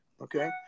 Okay